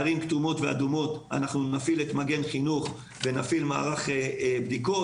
בערים כתומות ואדומות נפעיל את מגן חינוך ונפעיל מערך בדיקות.